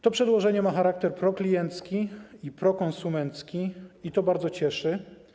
To przedłożenie ma charakter prokliencki i prokonsumencki i to cieszy.